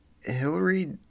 Hillary